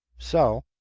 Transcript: so,